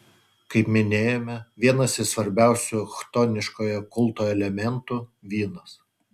kaip minėjome vienas iš svarbiausių chtoniškojo kulto elementų vynas